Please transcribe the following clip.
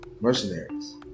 mercenaries